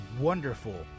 wonderful